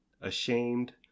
ashamed